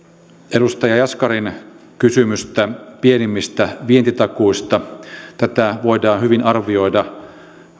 edustaja jaskarin kysymystä pienimmistä vientitakuista tätä voidaan hyvin arvioida